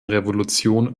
revolution